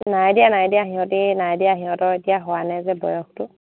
নাই দিয়া নাই দিয়া সিহঁতে নাই দিয়া সিহঁতৰ এতিয়া হোৱা নাই যে বয়সটো